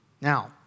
Now